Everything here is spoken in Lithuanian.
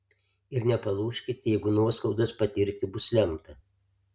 ir nepalūžkit jeigu nuoskaudas patirti bus lemta